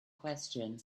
question